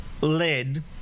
led